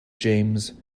james